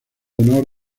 honor